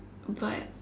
but